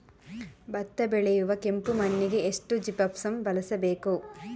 ಭತ್ತ ಬೆಳೆಯುವ ಕೆಂಪು ಮಣ್ಣಿಗೆ ಎಷ್ಟು ಜಿಪ್ಸಮ್ ಬಳಸಬೇಕು?